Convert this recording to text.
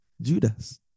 Judas